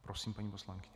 Prosím, paní poslankyně.